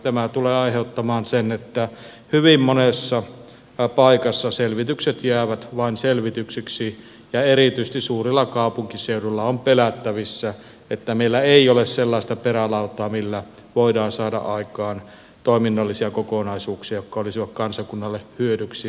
tämä tulee aiheuttamaan sen että hyvin monessa paikassa selvitykset jäävät vain selvityksiksi ja erityisesti suurilla kaupunkiseuduilla on pelättävissä että meillä ei ole sellaista perälautaa millä voidaan saada aikaan toiminnallisia kokonaisuuksia jotka olisivat kansakunnalle hyödyksi